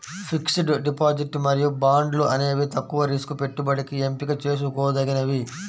fixed deposit మరియు బాండ్లు అనేవి తక్కువ రిస్క్ పెట్టుబడికి ఎంపిక చేసుకోదగినవి